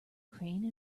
crane